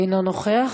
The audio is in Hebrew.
אינו נוכח.